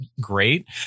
great